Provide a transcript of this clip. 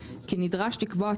הם יכולים להסתכל על השיקולים,